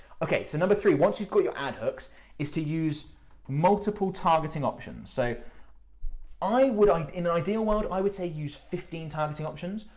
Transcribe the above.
okay, so number three, once you've got your ad hooks is to use multiple targeting options. so i would, in an ideal world, i would say use fifteen times the options.